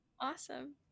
Awesome